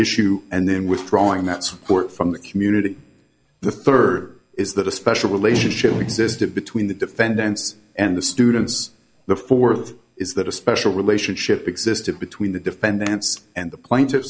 issue and then withdrawing that support from the community the third is that a special relationship existed between the defendants and the students the fourth is that a special relationship existed between the defendants and the pla